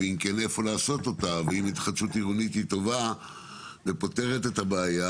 שזה דבר טוב ופותר את הבעיה,